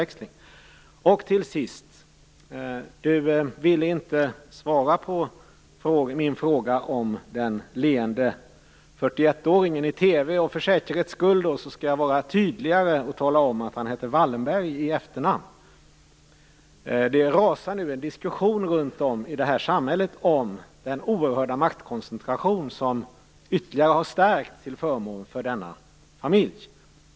Till sist: Erik Åsbrink ville inte svara på min fråga om den leende 41-åringen i TV. För säkerhets skull skall jag vara tydligare och tala om att han hette Wallenberg i efternamn. Det rasar nu en diskussion runt om i samhället om den oerhörda maktkoncentrationen, som ytterligare har stärkts till förmån för denna familj.